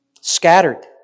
scattered